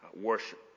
worship